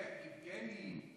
יבגני,